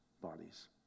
bodies